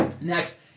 Next